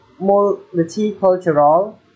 Multicultural